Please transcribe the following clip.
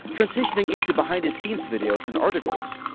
transitioning in to behind the scenes videos and articles.